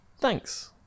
thanks